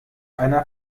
einer